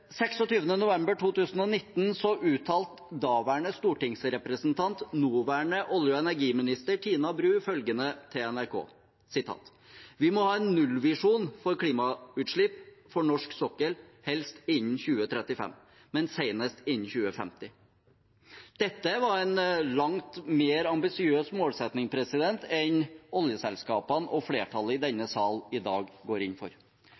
nåværende olje- og energiminister Tina Bru følgende til NRK: «Vi må ha en nullvisjon for klimautslipp for norsk sokkel helst innen 2035, men senest innen 2050.» Dette var en langt mer ambisiøs målsetting enn oljeselskapene og flertallet i denne salen i dag går inn for.